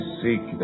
seek